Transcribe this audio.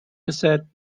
cassette